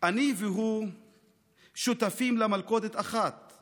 אני והוא שותפים למלכודת אחת /